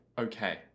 okay